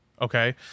okay